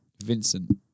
Vincent